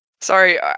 Sorry